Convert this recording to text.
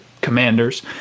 commanders